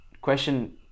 question